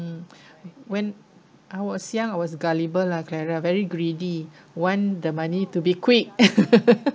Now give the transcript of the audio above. mm when I was young I was gullible lah clara very greedy want the money to be quick